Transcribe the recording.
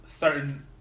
certain